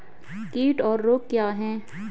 कीट और रोग क्या हैं?